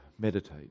Meditate